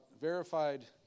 verified